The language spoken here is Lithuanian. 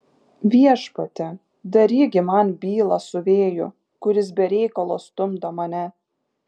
viešpatie daryk gi man bylą su vėju kuris be reikalo stumdo mane